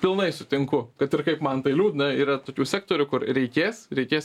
pilnai sutinku kad ir kaip man tai liūdna yra tokių sektorių kur reikės reikės